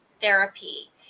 therapy